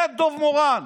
זה דב מורן.